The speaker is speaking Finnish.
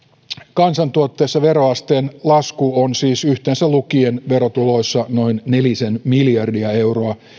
kansantuotteessa veroasteen lasku on siis yhteensä lukien verotuloissa noin nelisen miljardia euroa